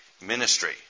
ministry